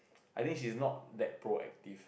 I think she's not that pro active